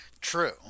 True